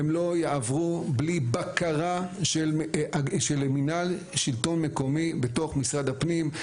הם לא יעברו בלי הבקרה של מנהל שלטון מקומי בתוך משרד הפנים,